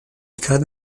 cade